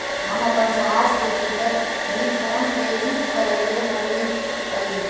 हम अपन जहाज के टिकट भी फोन से ही करैले हलीअइ